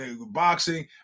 Boxing